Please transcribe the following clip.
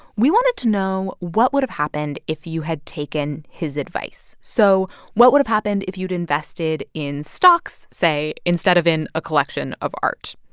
we wanted to know what would've happened if you had taken his advice. so what would've happened if you'd invested in stocks, say, instead of in a collection of art?